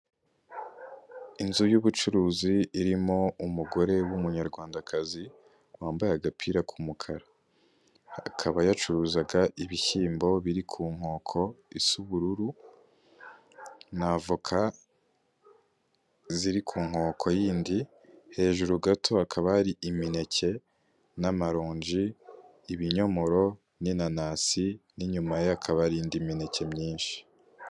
Inzu y'ubucuruzi irimo umugore w'umunyarwandakazi wambaye agapira k'umukara, akaba yacuruzaga ibishyimbo biri ku nkoko isa ubururu, na avoka ziri ku nkoko yindi, hejuru gato hakaba ari imineke n'amaronji, ibinyomoro n'inanasi, n'inyuma ye hakabahari indi mineke myinshi.